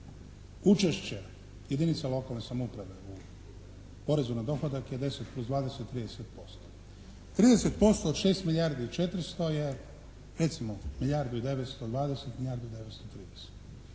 Učešće jedinica lokalne samouprave u porezu na dohodak je 10 kroz 20, 30%. 305 od 6 milijardi i 400 je recimo milijardu 920, milijardu i 930. Razlika